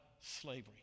slavery